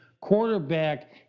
quarterback